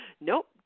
nope